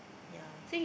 ya